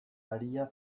aria